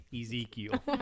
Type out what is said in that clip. Ezekiel